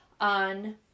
on